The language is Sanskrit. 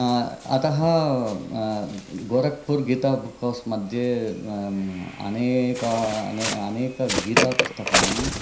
अतः गोरख्पुर् गीता बुक् हौस् मध्ये अनेक अनेकगीतापुस्तकानि